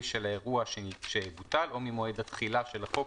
של האירוע שיבוטל או ממועד התחילה של החוק,